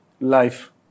life